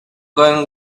going